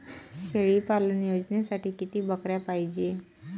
शेळी पालन योजनेसाठी किती बकऱ्या पायजे?